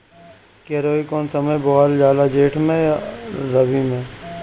केराई कौने समय बोअल जाला जेठ मैं आ रबी में?